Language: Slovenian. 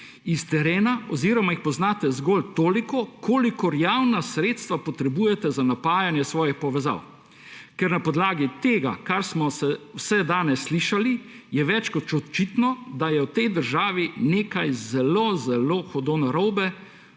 s terena oziroma jih poznate zgolj toliko, kolikor javna sredstva potrebujete za napajanje svojih povezav. Ker na podlagi vsega tega, kar smo danes slišali, je več kot očitno, da je v tej državi nekaj zelo zelo hudo narobe,